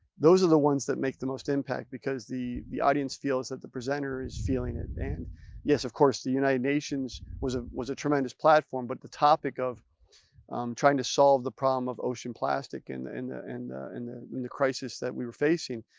those are the ones that make the most impact because the the audience feels, that the presenter is feeling it. and yes of course the united nations was ah was a tremendous platform but the topic, of trying to solve the problem of ocean plastic and and the and and the crisis that we were facing,